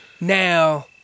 Now